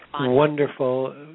wonderful